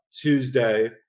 Tuesday